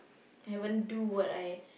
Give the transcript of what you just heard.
I haven't do what I